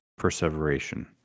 perseveration